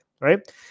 right